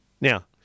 Now